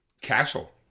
castle